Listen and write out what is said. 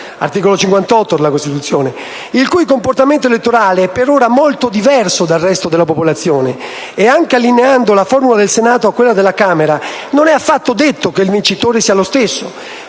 dell'articolo 58 della Costituzione, il cui comportamento elettorale è per ora molto diverso dal resto della popolazione. Dunque, anche allineando la formula elettorale del Senato a quella della Camera, non è affatto detto che il vincitore risulti lo stesso